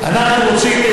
אנחנו רוצים,